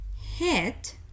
hit